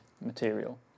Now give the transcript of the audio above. material